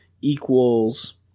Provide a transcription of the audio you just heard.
equals